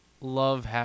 love